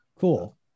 cool